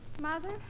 Mother